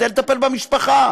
כדי לטפל במשפחה.